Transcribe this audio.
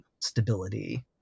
stability